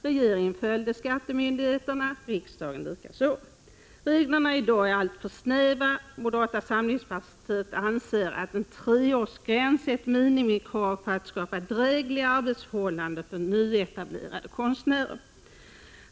Regeringen följde skattemyndigheternas förslag, och riksdagen likaså. Reglerna är i dag alltför snäva. Moderata samlingspartiet anser att en treårsgräns är ett minimikrav för att skapa drägliga arbetsförhållanden för nyetablerade konstnärer.